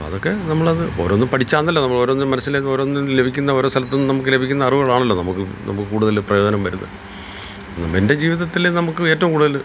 അതൊക്കെ നമ്മളത് ഓരോന്നു പഠിച്ചാന്നല്ലോ നമ്മൾ ഓരോന്നു മനസ്സിലാക്കി ഓരോന്നു ലഭിക്കുന്ന ഓരോ സ്ഥലത്തു നിന്നു നമുക്ക് ലഭിക്കുന്ന അറിവുകളാണല്ലോ നമുക്ക് നമുക്ക് കൂടുതൽ പ്രയോജനം വരുന്നത് എൻ്റെ ജീവിതത്തിൽ നമുക്ക് ഏറ്റവും കൂടുതൽ